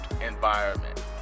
environment